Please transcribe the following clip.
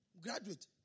Graduate